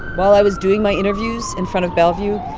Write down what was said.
while i was doing my interviews in front of bellevue,